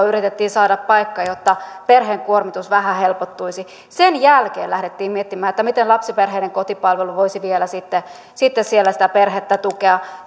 yritettiin saada paikka päivähoitoon jotta perheen kuormitus vähän helpottuisi sen jälkeen lähdettiin miettimään miten lapsiperheiden kotipalvelu voisi vielä sitten sitten siellä sitä perhettä tukea